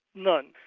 none.